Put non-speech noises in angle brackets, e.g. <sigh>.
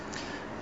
<breath>